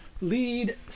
Lead